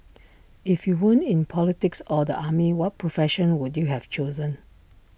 if you weren't in politics or the army what profession would you have chosen